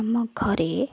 ଆମ ଘରେ